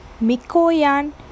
Mikoyan